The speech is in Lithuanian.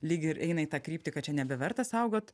lyg ir eina į tą kryptį kad čia nebeverta saugot